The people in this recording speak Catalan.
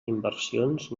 inversions